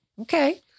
Okay